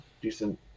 decent